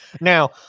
Now